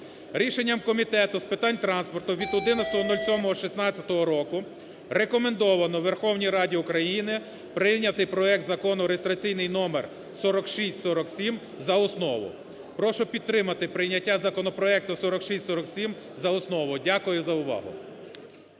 Рішенням Комітету з питань транспорту від 11.07.2016 року рекомендовано Верховній Раді України прийняти проект закону (реєстраційний номер 4647) за основу. Прошу підтримати прийняття законопроекту 4647 за основу. Дякую за увагу.